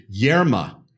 Yerma